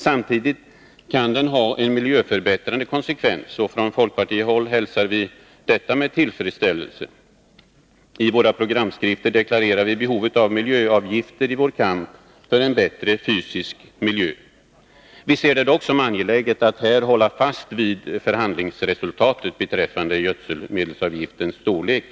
Samtidigt kan den få en miljöförbättrande konsekvens. Från folkpartihåll hälsar vi detta med tillfredsställelse. I våra programskrifter deklarerar vi behovet av miljöavgifter i vår kamp för en bättre fysisk miljö. Vi ser det dock som angeläget att här hålla fast vid förhandlingsresultatet beträffande gödselmedelsavgiftens storlek.